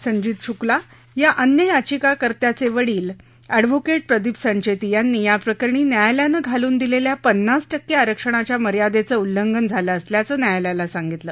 संजीत शुक्ला या अन्य याचिकाकर्त्याचे वकील अछिहोकेट प्रदीप संचेती यांनी याप्रकरणी न्यायालयानं घालून दिलेल्या पन्नास टक्के आरक्षणाच्या मर्यादेचं उल्लंघन झालं असल्याचं न्यायालयाला सांगितलं